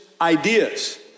ideas